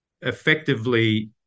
effectively